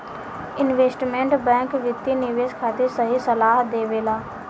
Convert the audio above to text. investment bank वित्तीय निवेश खातिर सही सलाह देबेला